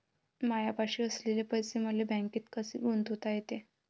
मायापाशी असलेले पैसे मले बँकेत कसे गुंतोता येते?